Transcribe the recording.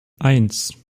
eins